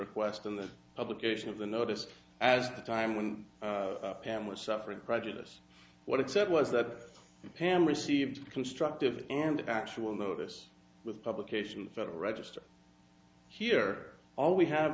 request in the publication of the noticed as the time when pam was suffering prejudice what it said was that pam received constructive and actual notice with publication federal register here all we have